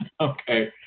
Okay